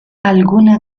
alguna